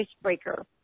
icebreaker